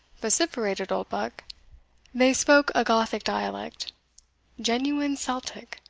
vociferated oldbuck they spoke a gothic dialect genuine celtic,